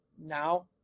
now